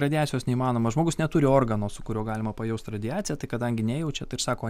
radiacijos neįmanoma žmogus neturi organo su kuriuo galima pajaust radiacija tai kadangi nejaučia tai sako